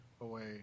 away